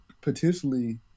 potentially